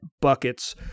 buckets